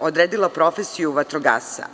odredila profesiju vatrogasca.